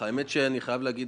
הדיון.